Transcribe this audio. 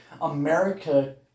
America